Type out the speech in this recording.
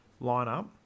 lineup